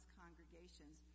congregations